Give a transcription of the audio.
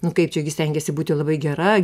nu kaip čia gi stengiesi būti labai gera